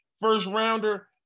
first-rounder